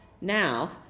Now